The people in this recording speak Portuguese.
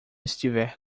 estiver